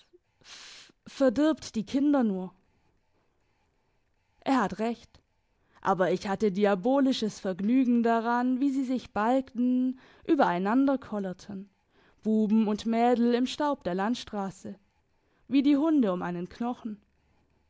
v v verdirbt die kinder nur er hat recht aber ich hatte diabolisches vergnügen daran wie sie sich balgten übereinanderkollerten buben und mädel im staub der landstrasse wie die hunde um einen knochen